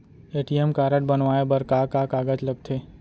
ATM card बनवाये बर का का कागज लगथे?